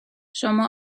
شما